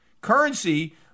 Currency